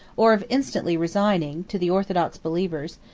or of instantly resigning, to the orthodox believers,